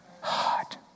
heart